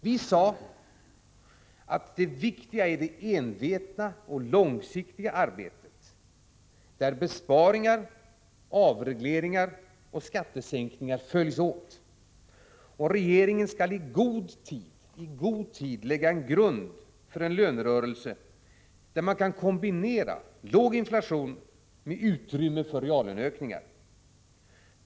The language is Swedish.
Vi sade att det viktiga är det envetna och långsiktiga arbetet, där besparingar, avregleringar och skattesänkningar följs åt, och att regeringen i god tid skall lägga en grund för en lönerörelse där man kan kombinera låg inflation med utrymme för reallöneökningarna.